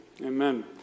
Amen